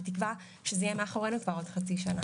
בתקווה שזה יהיה מאחורינו כבר בעוד חצי שנה.